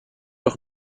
doch